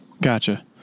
Gotcha